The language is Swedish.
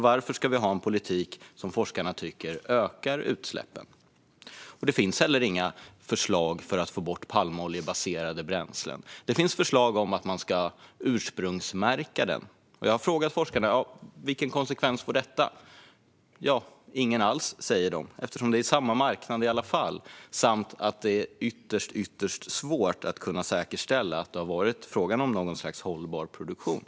Varför ska vi då ha en politik som enligt forskarna ökar utsläppen? Det finns heller inga förslag för att få bort palmoljebaserade bränslen, bara förslag om att ursprungsmärka dem. Jag har frågat forskare vilken konsekvens detta får. Ingen alls, säger de, eftersom det är samma marknad i alla fall. Det är också ytterst svårt att säkerställa att det har varit fråga om något slags hållbar produktion.